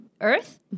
Earth